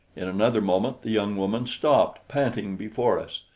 in another moment the young woman stopped, panting, before us.